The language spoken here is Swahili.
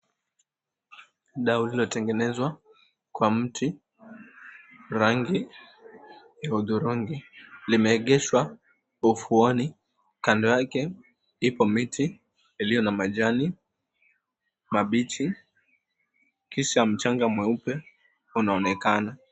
Dau lililotengenezwa kwa mti rangi ya hudhurungi limeegeshwa ufuoni kando yake ipo miti iliyo na majani mabichi kisha mchanga mweupe unaonekana.